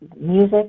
music